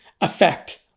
effect